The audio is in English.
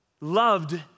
loved